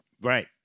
Right